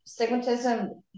stigmatism